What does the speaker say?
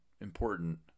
important